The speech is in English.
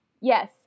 Yes